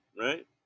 right